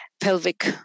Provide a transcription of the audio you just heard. pelvic